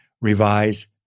revise